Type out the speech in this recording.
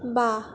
बा